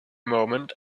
moment